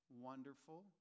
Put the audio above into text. wonderful